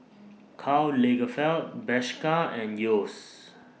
Karl Lagerfeld Bershka and Yeo's